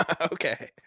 Okay